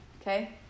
Okay